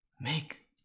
Make